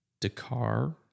Dakar